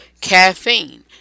Caffeine